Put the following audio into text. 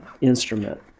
instrument